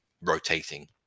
rotating